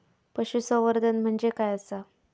पशुसंवर्धन म्हणजे काय आसा?